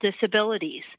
disabilities